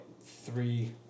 Three